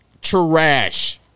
Trash